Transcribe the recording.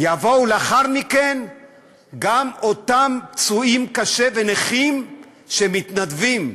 יבואו לאחר מכן גם אותם פצועים קשה ונכים שהם מתנדבים,